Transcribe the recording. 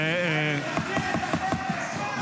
תחזיר את הכסף.